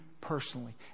personally